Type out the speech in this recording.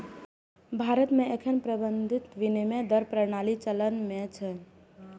भारत मे एखन प्रबंधित विनिमय दर प्रणाली चलन मे छै